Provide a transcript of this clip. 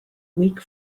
weak